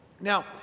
Now